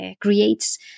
creates